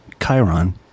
chiron